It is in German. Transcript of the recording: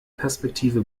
perspektive